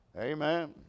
Amen